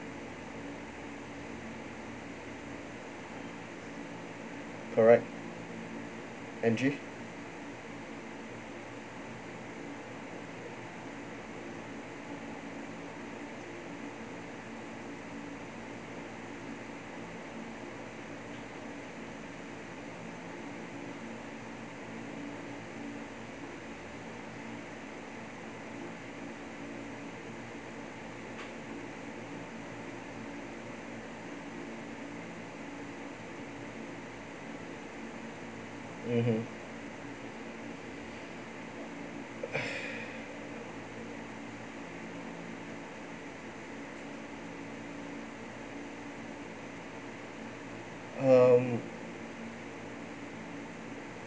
correct angie mmhmm um